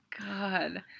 God